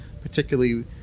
particularly